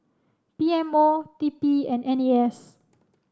P M O T P and N A S